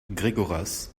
gregoras